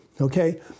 okay